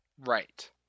right